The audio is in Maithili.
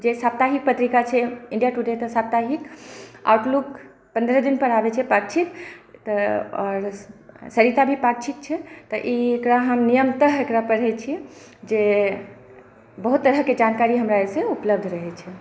जे सप्ताहिक पत्रिका छै इण्डिया टुडे तऽ साप्ताहिक आउटलुक पन्द्रह दिनपर आबैत छै पाक्षिक तऽ आओर सरिता भी पाक्षिक छै तऽ ई एकरा हम नियमतः एकरा हम पढ़ैत छी जे बहुत तरहके जानकारी हमरा एहिसँ उपलब्ध रहैत छै